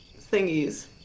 thingies